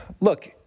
look